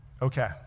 Okay